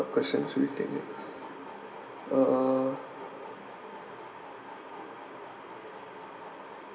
question should we take next uh